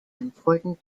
important